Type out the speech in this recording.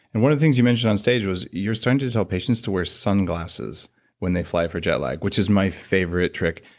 and one of the things you mentioned on stage was, you're starting to to tell patients to wear sunglasses when they fly, for jet lag, which is my favorite trick.